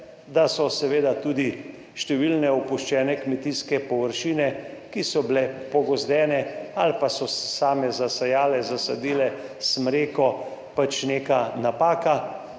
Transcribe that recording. da so seveda tudi številne opuščene kmetijske površine, ki so bile pogozdene ali pa so same zasejale, zasadile smreko, neka napaka,